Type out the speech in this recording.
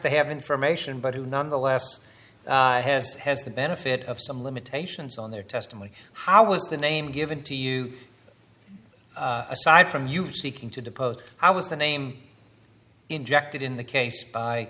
to have information but who nonetheless has has the benefit of some limitations on their testimony how was the name given to you aside from you seeking to depose i was the name injected in the case